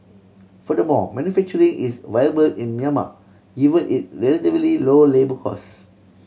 furthermore manufacturing is viable in Myanmar even it relatively low labour cost